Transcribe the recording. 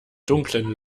dunklen